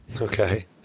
Okay